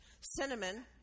cinnamon